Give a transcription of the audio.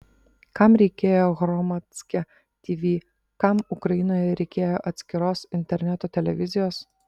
kam reikėjo hromadske tv kam ukrainoje reikėjo atskiros interneto televizijos